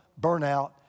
burnout